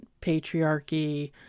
patriarchy